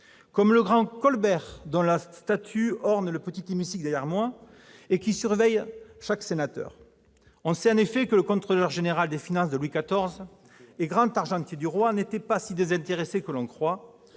au grand Colbert, dont la statue orne le petit hémicycle et surveille les sénateurs. On sait en effet que le contrôleur général des finances de Louis XIV, grand argentier du roi, n'était pas aussi désintéressé que l'on croit,